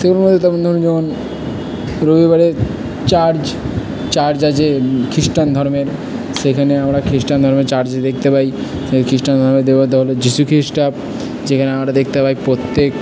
রবিবারে church church আছে Christian ধর্মের সেখানে আমরা খ্রিস্টান ধর্মের চার্চ দেখতে পাই খ্রিস্টান দেবতা হলো যিশু খ্রিস্ট যেখানে আমরা দেখতে পাই প্রত্যেক